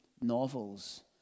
novels